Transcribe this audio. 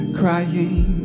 crying